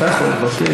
אתה יכול לבקש.